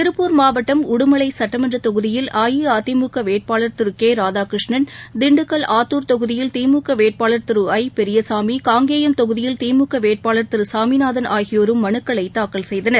திருப்பூர் மாவட்டம் உடுமலை சட்டமன்ற தொகுதியில் அஇஅதிமுக வேட்பாளர் திரு கே ராதாகிருஷ்ணன் திண்டுக்கல் ஆத்தூர் தொகுதியில் திமுக வேட்பாளர் திரு ஐ பெரியசாமி காங்கேயம் தொகுதியில் திமுக வேட்பாளர் திரு சாமிநாதன் ஆகியோரும் மனுக்களை தாக்கல் செய்தனர்